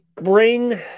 bring